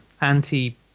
anti